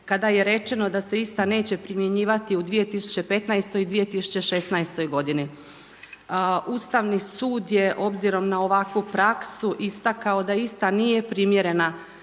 kada je rečeno da se ista neće primjenjivati u 2015. i 2016. godini. Ustavni sud je obzirom na ovakvu praksu istakao da ista nije primjerena